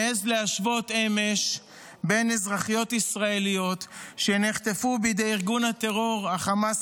העז להשוות אמש בין אזרחיות ישראליות שנחטפו בידי ארגון הטרור חמאס,